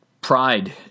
pride